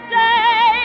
day